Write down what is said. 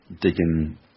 digging